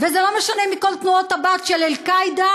וזה לא משנה מכל תנועות הבת של "אל-קאעידה",